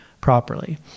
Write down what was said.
properly